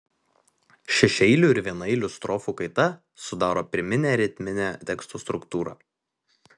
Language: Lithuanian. šešiaeilių ir vienaeilių strofų kaita sudaro pirminę ritminę teksto struktūrą